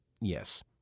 Yes